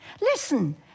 Listen